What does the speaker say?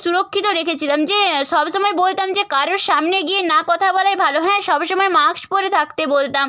সুরক্ষিত রেখেছিলাম যে সবসময় বলতাম যে কারোর সামনে গিয়ে না কথা বলাই ভালো হ্যাঁ সবসময় মাস্ক পরে থাকতে বলতাম